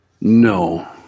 No